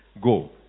go